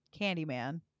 Candyman